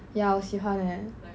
ya 我喜欢 eh